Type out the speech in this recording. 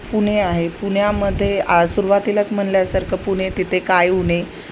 पुणे आहे पुण्यामध्ये आ सुरवातीलाच म्हणल्यासारखं पुणे तिथे काय उणे